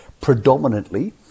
predominantly